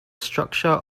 structure